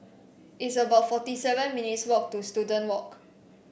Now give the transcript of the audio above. It's about forty seven minutes' walk to Student Walk